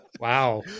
Wow